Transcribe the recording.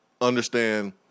understand